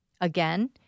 again